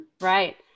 Right